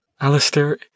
Alistair